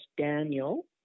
Daniel